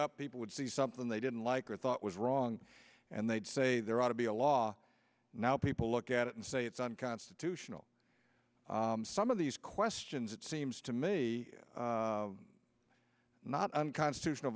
up people would see something they didn't like or thought was wrong and they'd say there ought to be a law now people look at it and say it's unconstitutional some of these questions it seems to me not unconstitutional